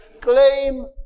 Claim